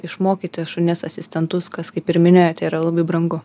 išmokyti šunis asistentus kas kaip ir minėjote yra labai brangu